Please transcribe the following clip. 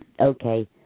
Okay